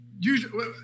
usually